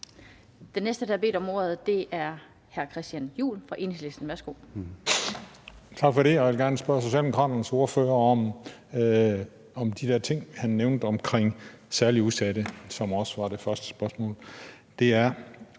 Den næste, der har bedt om ordet, er hr. Christian Juhl fra Enhedslisten. Værsgo.